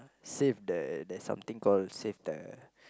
save the there's something call save the